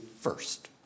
first